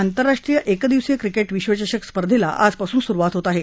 आंतरराष्ट्रीय एकदिवसीय क्रिकेट विश्वचषक स्पर्धेला आजपासून सुरुवात होत आहे